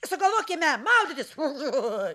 sugalvokime maudytis